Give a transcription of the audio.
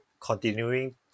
continuing